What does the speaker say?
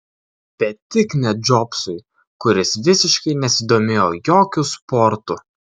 bet tik ne džobsui kuris visiškai nesidomėjo jokiu sportu